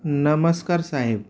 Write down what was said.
नमस्कार साहेब